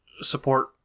support